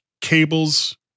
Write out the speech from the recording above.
cables